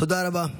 תודה רבה.